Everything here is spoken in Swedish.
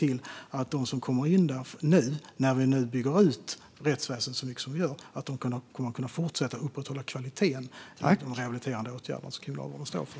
När vi nu bygger ut rättsväsendet så mycket som vi gör ska vi se till att vi kan fortsätta att upprätthålla kvaliteten för dem som nu kommer in där och även på andra områden som Kriminalvården står för.